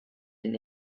den